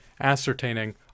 ascertaining